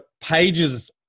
pages